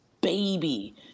baby